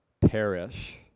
perish